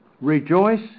Rejoice